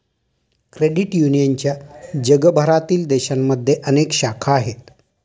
credit युनियनच्या जगभरातील देशांमध्ये अनेक शाखा आहेत